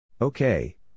Okay